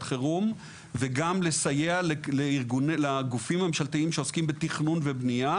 חירום וגם לסייע לגופים הממשלתיים שעוסקים בתכנון ובנייה,